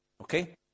Okay